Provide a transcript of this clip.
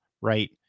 right